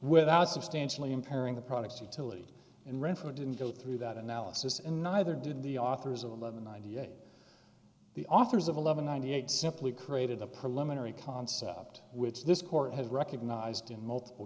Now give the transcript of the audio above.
without substantially impairing the product utility and renfro didn't go through that analysis and neither did the authors of the eleven ninety eight the authors of eleven ninety eight simply created a preliminary concept which this court has recognized in multiple